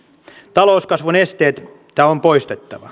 talouskasvun esteitä on poistettava